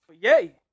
Yay